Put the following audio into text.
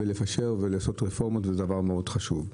לפשר ולעשות רפורמות זה דבר מאוד חשוב.